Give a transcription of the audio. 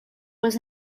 was